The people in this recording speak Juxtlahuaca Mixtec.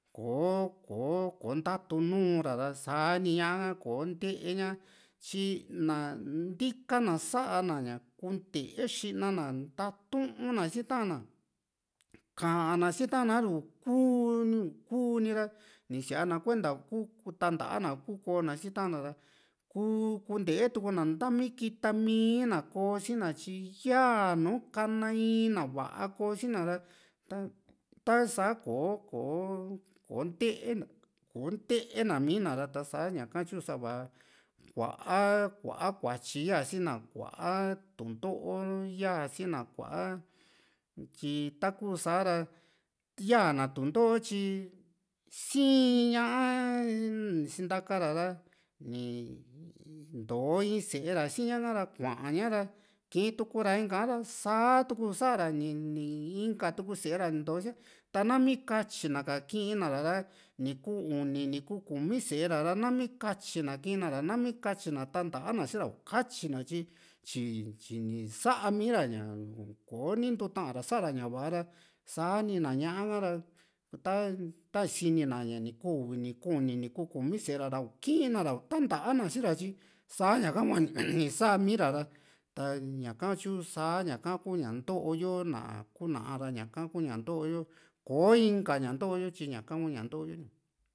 kò´o kò´o ntatu nuu´ra ra sa ñaa ka koo´nteña tyi na ntika na sa´na ña kuunte xina na ntatuu´n na si ta´an na ka´an na si ta´an na a´ru kuu kuu ni´ra ni siana kuenta ña ni kuu tantaa na n kuu kò´o na sii ta´an na ra kuu kuntee tuuna ntami kita mii na koosina tyi yaa in nuu ka´na in na va´a koosi na ra ta ta´sa kò´o kò´o kontena konte na mii na ra ta´sa ña ka tyu sa´va kuaa kuaa kuatyi ya´a si´na kuaa tundo´o yaa si´na kua tyi taku sa´ra yaa na tundo´o tyi sii´n ñá´aa ni sintaka ra ra ni ntoo in sée ra siña ra kuaaña ra ni kii´ntukura inka ña ra saa tuu sa´ra ni inka tuu sée ra ni ntoo sia ta na´mi katyi na ka kii´n na ra ra ni kuu uni ni kuu kumi sée ra ra nami katyina kii na nami katyina tantana si´ra ukatyi na tyi tyi tyini sa´a miira ña ko´ni ntuuta ra sa´ra ña va´a ra sani na ñá´a ra ta ta isini na ña ni kuu uvi ni kuu uni nu kuu kumi sée ra ra ni kii nara ni tanta na si´ra tyi sa´a ñaka hua ni samii ra ra taña ka tyu sa´a ñaka kuu ña ntooyo na kuu na´a ra ñaka kuña ntooyo kò´o inka ña ntooyo tyi ñaka kuña ntoo yo ni